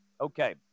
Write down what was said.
Okay